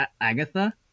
Agatha